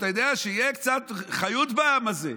שתהיה קצת חיות בעם הזה.